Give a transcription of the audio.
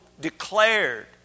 declared